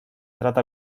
trata